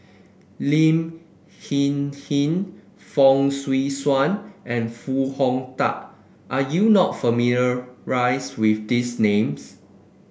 Lin Hsin Hsin Fong Swee Suan and Foo Hong Tatt are you not familiar rice with these names